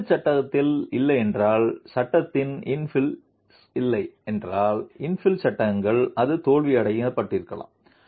வெற்று சட்டத்தில் இல்லை என்றால் சட்டத்தில் இன்பில்ஸ் இல்லை என்றால் இன்ஃபில் சட்டங்கள் அது தோல்வியடைந்திருக்கலாம்